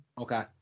Okay